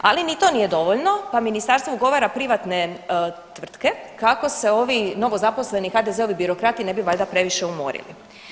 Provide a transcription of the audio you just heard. Ali ni to nije dovoljno, pa ministarstvo ugovara privatne tvrtke kako se ovi novozaposleni HDZ-ovi birokrati ne bi valjda previše umorili.